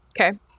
Okay